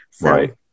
Right